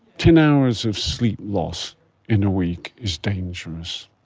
ten hours of sleep loss in a week is dangerous.